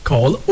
Call